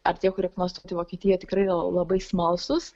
ar tie kurie planuoja stoti į vokietiją tikrai yra labai smalsūs